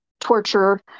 torture